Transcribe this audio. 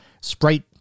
sprite